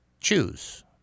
Choose